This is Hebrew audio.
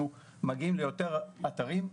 אנחנו מגיעים ליותר אתרים,